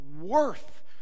worth